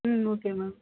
okay ma'am